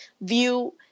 view